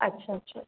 अच्छा अच्छा